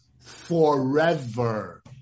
forever